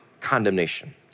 condemnation